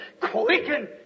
quicken